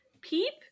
Peep